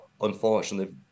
unfortunately